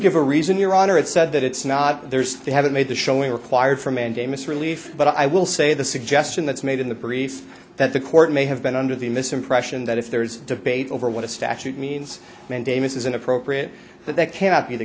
give a reason your honor it said that it's not theirs they haven't made the showing required for mandamus relief but i will say the suggestion that's made in the brief that the court may have been under the misimpression that if there is debate over what a statute means mandamus is inappropriate but that cannot be the